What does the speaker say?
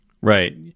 Right